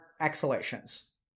exhalations